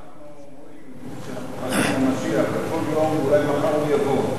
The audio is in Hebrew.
אנחנו אומרים שאנחנו מחכים למשיח ואולי מחר הוא יבוא.